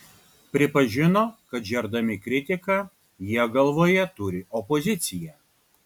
pripažino kad žerdami kritiką jie galvoje turi opoziciją